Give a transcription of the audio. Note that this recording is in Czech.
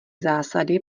zásady